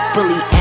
Fully